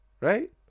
right